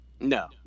No